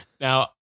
now